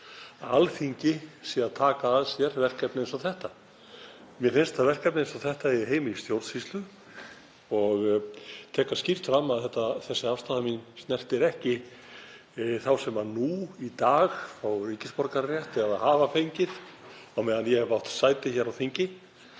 Alþingi sé að taka að sér verkefni eins og þetta. Mér finnst að verkefni eins og þetta eigi heima í stjórnsýslu og tek það skýrt fram að afstaða mín snertir ekki þá sem í dag fá ríkisborgararétt eða hafa fengið á meðan ég hef átt sæti hér á þingi.